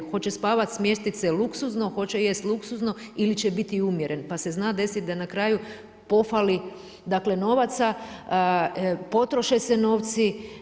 Hoće spavat, smjestit se luksuzno, hoće jest luksuzno ili će biti umjeren, pa se zna desit da na kraju pofali, dakle novaca, potroše se novci.